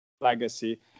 legacy